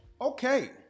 Okay